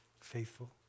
Faithful